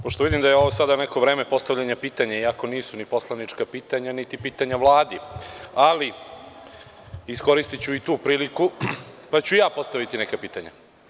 Pošto vidim da je ovo sada neko vreme postavljanja pitanja, iako nisu ni poslanička pitanja, niti pitanja Vladi, ali iskoristiću i tu priliku, pa ću ja postaviti neka pitanja.